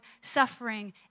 suffering